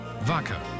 Vaca